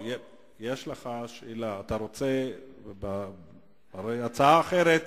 הרי הצעה אחרת,